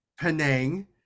Penang